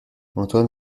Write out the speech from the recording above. antoine